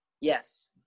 Yes